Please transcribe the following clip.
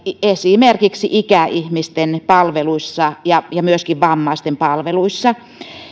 esimerkiksi ikäihmisten palveluissa ja ja myöskin vammaisten palveluissa